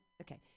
Okay